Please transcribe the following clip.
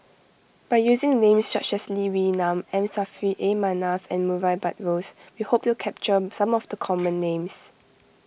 by using names such as Lee Wee Nam M Saffri A Manaf and Murray Buttrose we hope to capture some of the common names